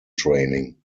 training